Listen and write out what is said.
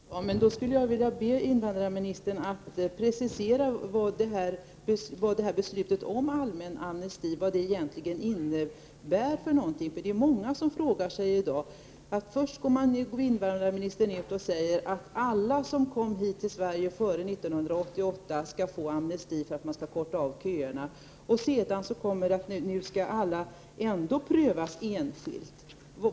Herr talman! Då skulle jag vilja be invandrarministern att precisera vad detta beslut om allmän amnesti egentligen innebär, vilket många i dag frågar sig. Först går invandrarministern ut och säger att alla som kom till Sverige före 1988 skall få amnesti för att köerna skall bli kortare, och sedan kommer uppgiften att alla ändå skall prövas enskilt.